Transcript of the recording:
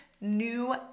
new